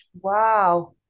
Wow